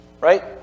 right